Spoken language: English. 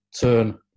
turn